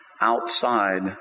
outside